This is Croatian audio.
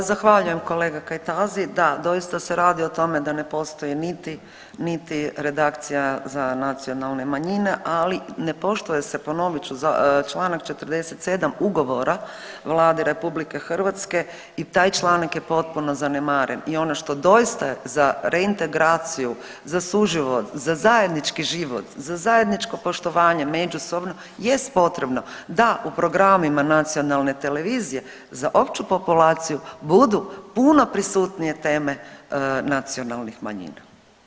Pa zahvaljujem kolega Kajtazi, da doista se radi o tome da ne postoji niti, niti redakcija za nacionalne manjine, ali ne poštuje se, ponovit ću čl. 47. ugovora Vlade RH i taj članak je potpuno zanemaren i ono što doista za reintegraciju, za suživot, za zajednički život, za zajedničko poštovanja međusobno jest potrebno da u programima nacionalne televizije za opću populaciju budu puno prisutnije teme nacionalnih manjina.